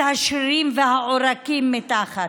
אתם אומרים שהחוק הזה נועד לעזור לנו לצאת מהמשבר,